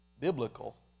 biblical